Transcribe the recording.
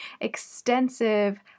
extensive